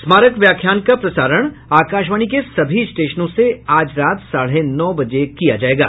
स्मारक व्याख्यान का प्रसारण आकाशवाणी के सभी स्टेशनों से आज रात साढ़े नौ बजे किया जायेगा